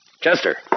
Chester